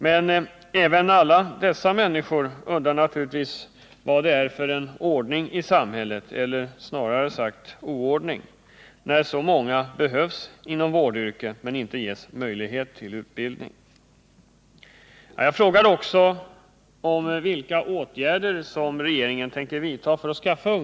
Men även alla dessa människor undrar naturligtvis vad det är för ordning i samhället — eller snarare oordning — när så många behövs inom vårdyrkena men inte ges möjlighet till utbildning.